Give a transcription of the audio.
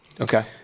Okay